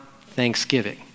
Thanksgiving